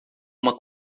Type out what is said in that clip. uma